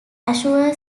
assure